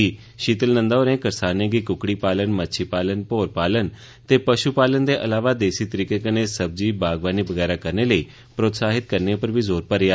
षीतल नंदा होरें करसानें गी कुकड़ी पालन मच्छी पालन भौर पालन ते पषु पालन दे अलावा देसी तरीके कनने सब्जी बागवानी बगैरा करने लेई प्रौत्साहित करने उप्पर बी जोर भरेआ